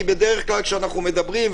כי בדרך כלל כשמדברים,